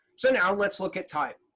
so now let's look at time.